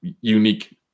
unique